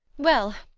well,